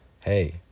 Hey